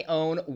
own